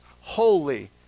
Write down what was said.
holy